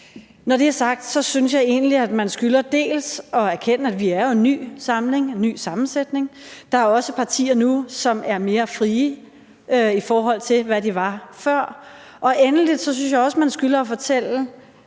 Når det er sagt, synes jeg egentlig, at man skylder dels at erkende, at vi er i en ny samling, en ny sammensætning – der er også partier nu, som er mere frie, i forhold til hvad de var før – dels at fortælle,